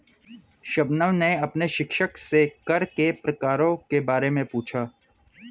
शबनम ने अपने शिक्षक से कर के प्रकारों के बारे में पूछा